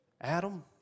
Adam